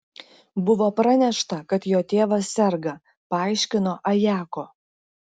buvo pranešta kad jo tėvas serga paaiškino ajako